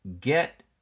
get